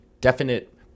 definite